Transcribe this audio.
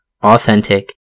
authentic